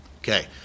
okay